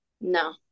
no